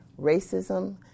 racism